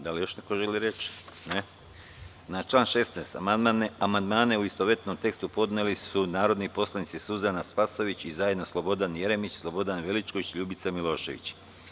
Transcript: Da li još neko želi reč? (Ne.) Na član 16. amandmane u istovetnom tekstu podneli su narodni poslanici Suzana Spasojević i zajedno Slobodan Jeremić, Slobodan Veličković, Ljubica Milošević.